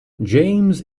james